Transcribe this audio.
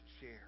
share